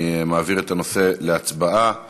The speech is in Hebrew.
אני מעביר את הנושא להצבעה על